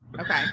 okay